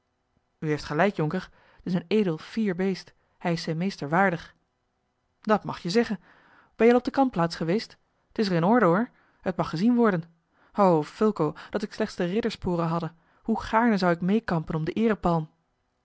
u heeft gelijk jonker t is een edel fier beest hij is zijn meester waardig dat mag je zeggen ben je al op de kampplaats geweest t is er in orde hoor het mag gezien worden o fulco dat ik slechts de riddersporen hadde hoe gaarne zou ik meêkampen om den eerepalm